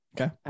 Okay